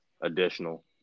additional